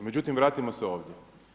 Međutim, vratimo se ovdje.